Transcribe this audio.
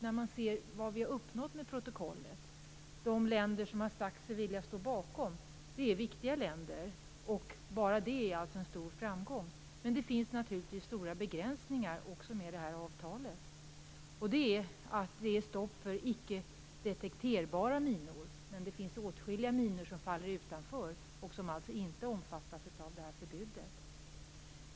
När man ser på vad vi har uppnått med protokollet kan man konstatera att de länder som har sagt sig vilja stå bakom det är viktiga länder. Bara det är en stor framgång. Men det finns naturligtvis också stora begränsningar med det här avtalet. Det är t.ex. stopp för icke detekterbara minor, men det finns åtskilliga minor som faller utanför och som alltså inte omfattas av förbudet.